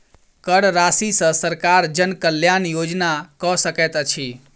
कर राशि सॅ सरकार जन कल्याण योजना कअ सकैत अछि